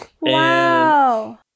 Wow